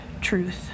Truth